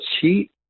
cheat